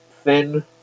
thin